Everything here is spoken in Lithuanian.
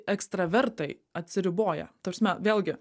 ekstravertai atsiriboja ta prasme vėlgi